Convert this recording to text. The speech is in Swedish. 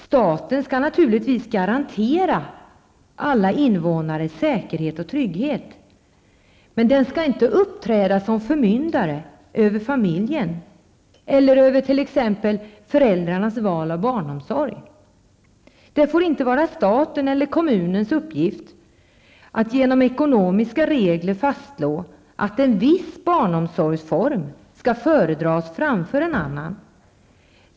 Staten skall naturligtvis garantera alla invånare säkerhet och trygghet, men den skall inte uppträda som förmyndare över familjen eller över t.ex. föräldrarnas val av barnomsorg. Det får inte vara statens eller kommunens uppgift att genom ekonomiska regler fastslå att en viss barnomsorgsform skall föredras framför en annan.